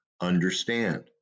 understand